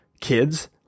kids